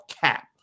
cap